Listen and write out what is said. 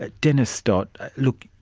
ah dennis dodt, look,